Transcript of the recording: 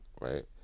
right